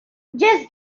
just